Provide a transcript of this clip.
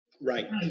Right